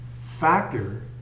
factor